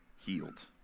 healed